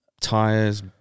Tires